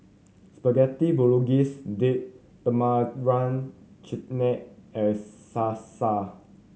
Spaghetti Bolognese Date Tamarind Chutney and Salsa